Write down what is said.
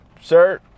sir